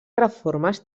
reformes